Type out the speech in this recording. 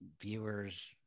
viewers